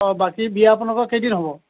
অঁ বাকী বিয়া আপোনালোকৰ কেইদিন হ'ব